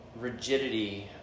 rigidity